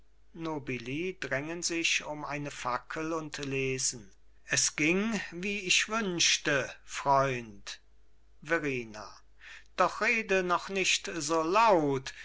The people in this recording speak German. nobili drängen sich um eine fackel und lesen es ging wie ich wünschte freund verrina doch rede noch nicht so laut